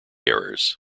errors